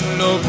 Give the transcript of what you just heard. no